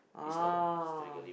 oh